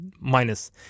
minus